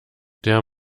der